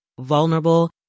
vulnerable